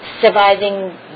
Surviving